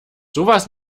sowas